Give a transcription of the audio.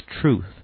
truth